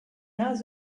has